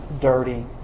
dirty